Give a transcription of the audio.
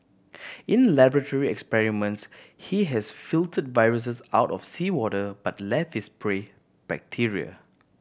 in laboratory experiments he has filtered viruses out of seawater but left his prey bacteria